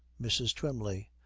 mrs. twymley.